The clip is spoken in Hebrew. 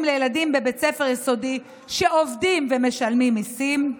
לילדים בבית ספר יסודי שעובדים ומשלמים מיסים,